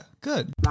good